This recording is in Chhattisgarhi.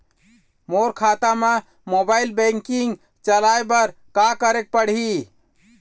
मोर खाता मा मोबाइल बैंकिंग चलाए बर का करेक पड़ही?